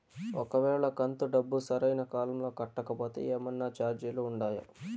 ఒక వేళ కంతు డబ్బు సరైన కాలంలో కట్టకపోతే ఏమన్నా చార్జీలు ఉండాయా?